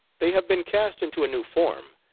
they have been cast into a new form,